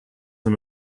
him